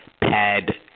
Pad